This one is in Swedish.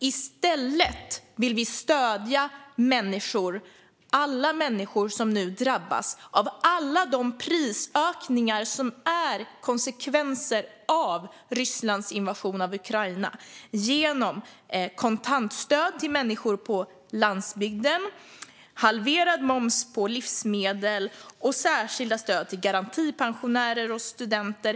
I stället vill vi stödja människor - alla människor som nu drabbas av alla de prisökningar som är konsekvenser av Rysslands invasion av Ukraina - genom kontantstöd till människor på landsbygden, halverad moms på livsmedel och särskilda stöd till garantipensionärer och studenter.